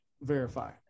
verify